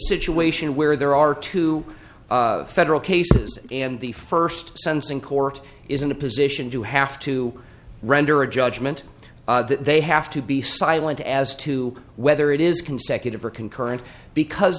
situation where there are two federal cases and the first sense in court is in a position to have to render a judgment that they have to be silent as to whether it is consecutive or concurrent because